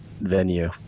venue